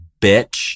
bitch